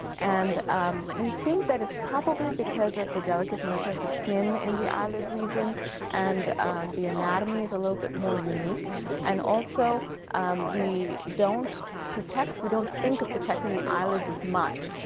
and um we think that it's probably because of the delicate nature of the skin in the eyelid region and the anatomy is a little bit more unique and also um we don't protect, we don't think of protecting the eyelids as much.